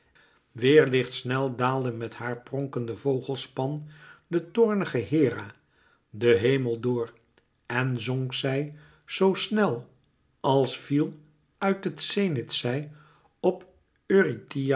door weêrlichtsnel daalde met haar pronkende vogelspan de toornige hera den hemel door en zonk zij zoo snel als viel uit het zenith zij op